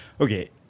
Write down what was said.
Okay